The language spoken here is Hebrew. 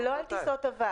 זה לא יחול על טיסות עבר.